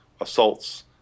assaults